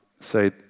say